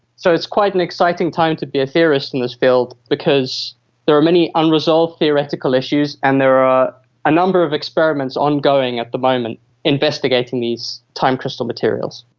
so it's quite an exciting time to be a theorist in this field because there are many unresolved theoretical issues and there are a number of experiments ongoing at the moment investigating these time crystal materials.